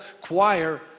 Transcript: choir